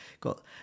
got